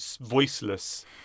voiceless